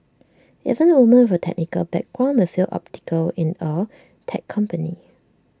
even women with technical background may feel atypical in A tech company